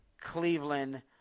Cleveland